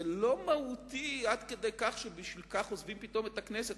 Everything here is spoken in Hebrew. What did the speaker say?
זה לא מהותי עד כדי כך שבשביל זה עוזבים פתאום את הכנסת,